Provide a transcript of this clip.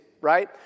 right